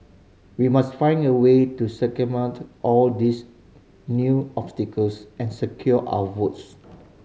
we must find a way to circumvent all these new obstacles and secure our votes